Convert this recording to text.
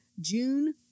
June